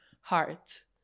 heart